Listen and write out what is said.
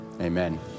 Amen